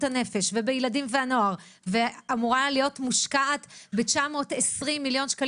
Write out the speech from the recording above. הנפש ובילדים לנוער ואמורה להיות מושקעת ב-920,000,000 ₪,